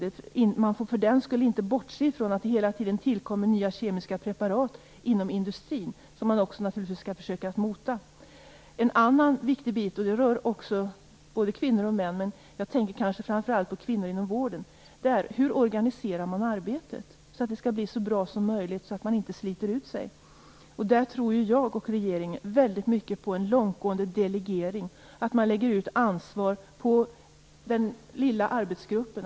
Men man får för den skull inte bortse från att det hela tiden tillkommer nya kemiska preparat inom industrin, som man naturligtvis också skall försöka mota. En annan viktig del rör både kvinnor och män, men jag tänker framför allt på kvinnor inom vården, är hur arbetet kan organiseras så bra som möjligt så att människor inte sliter ut sig. Här tror jag och regeringen väldigt mycket på en långtgående delegering, att man lägger ut ansvar på den lilla arbetsgruppen.